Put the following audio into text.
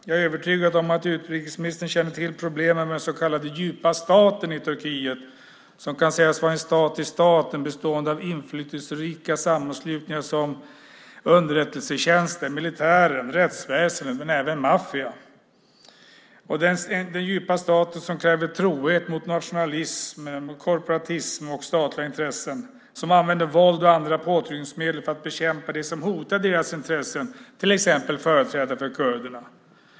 Jag är övertygad om att utrikesministern känner till problemen med den så kallade djupa staten i Turkiet. Det kan sägas vara en stat i staten bestående av inflytelserika sammanslutningar som underrättelsetjänsten, militären, rättsväsendet men även maffian. Den djupa staten kräver trohet mot nationalism, korporatism och statliga intressen. Den använder våld och andra påtryckningsmedel för att bekämpa dem som hotar deras intressen, till exempel företrädare för kurderna.